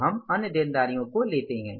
अब हम अन्य देनदारियों को लेते हैं